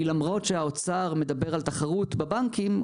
כי למרות שהאוצר מדבר על תחרות בבנקים,